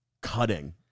cutting